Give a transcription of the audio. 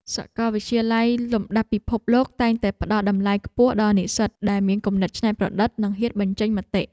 សាកលវិទ្យាល័យលំដាប់ពិភពលោកតែងតែផ្តល់តម្លៃខ្ពស់ដល់និស្សិតដែលមានគំនិតច្នៃប្រឌិតនិងហ៊ានបញ្ចេញមតិ។